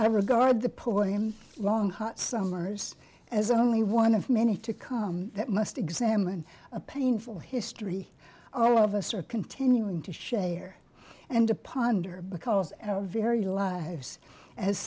i regard the poor him long hot summers as only one of many to come that must examined a painful history all of us are continuing to share and to ponder because our very lives as